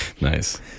Nice